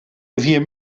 wir